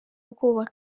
ubwoba